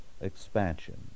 expansion